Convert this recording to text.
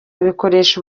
bikoresha